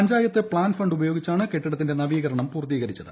panchayat plan ഫണ്ടുപയോഗിച്ചാണ് കെട്ടിടത്തിന്റെ നവീകരണം പൂർത്തീകരിച്ചത്